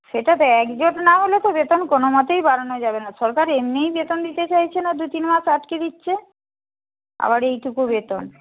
সেটা তো একজোট নাহলে তো বেতন কোনোমতেই বাড়ানো যাবে না সরকার এমনিই বেতন দিতে চাইছে না দু তিন মাস আটকে দিচ্ছে আবার এইটুকু বেতন